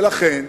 ולכן,